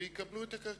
ויקבלו את הקרקעות?